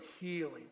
healing